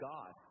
God